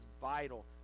vital